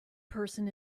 person